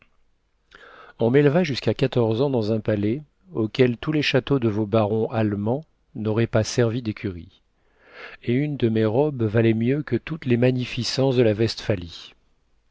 on m'éleva jusqu'à quatorze ans dans un palais auquel tous les châteaux de vos barons allemands n'auraient pas servi d'écurie et une de mes robes valait mieux que toutes les magnificences de la